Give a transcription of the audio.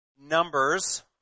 Numbers